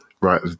right